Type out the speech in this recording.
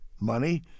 money